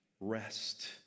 rest